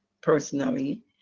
personally